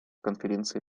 конференции